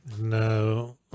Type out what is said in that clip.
No